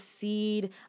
seed